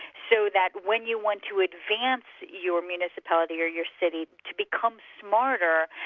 so that when you want to advance your municipality or your city, to become smarter,